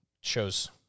shows